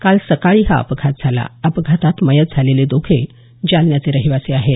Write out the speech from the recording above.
काल सकाळी हा अपघात झाला अपघातात मयत झालेले दोघे जालन्याचे रहिवासी होते